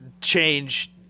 change